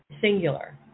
singular